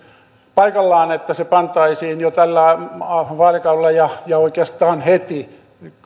paikallaan että pantaisiin jo tällä vaalikaudella ja ja oikeastaan heti